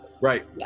Right